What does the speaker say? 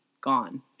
gone